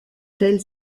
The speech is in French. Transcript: telle